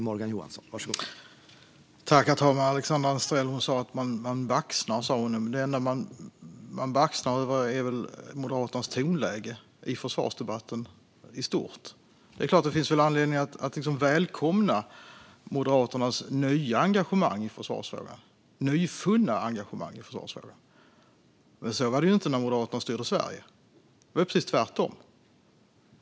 Herr talman! Alexandra Anstrell sa att man baxnar. Det enda man baxnar över är väl Moderaternas tonläge i försvarsdebatten i stort. Det finns väl anledning att välkomna Moderaternas nyfunna engagemang i försvarsfrågan. Men så var det inte när Moderaterna styrde Sverige. Det var precis tvärtom.